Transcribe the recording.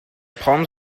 palms